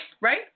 right